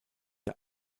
der